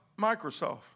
Microsoft